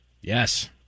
Yes